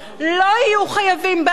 לא יהיו חייבים בעתיד,